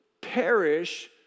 perish